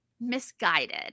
misguided